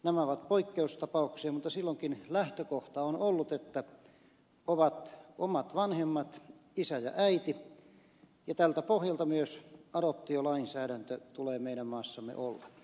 nämä ovat poikkeustapauksia mutta silloinkin lähtökohta on ollut että ovat omat vanhemmat isä ja äiti ja tältä pohjalta myös adoptiolainsäädännön tulee meidän maassamme olla